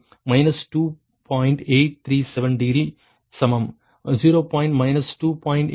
837 degree சமம் 0 2